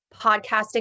podcasting